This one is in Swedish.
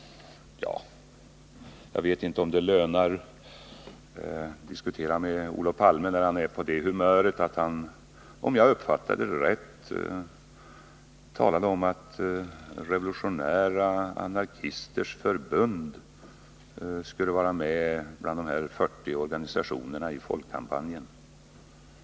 Jag vet inte om det lönar sig att diskutera med Olof Palme, när han är på detta humör. Om jag förstod honom rätt, talade han om att Revolutionära anarkisters förbund skulle vara med bland de 40 organisationerna i linje 3.